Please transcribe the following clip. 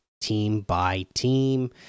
team-by-team